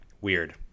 weird